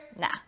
nah